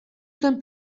zuen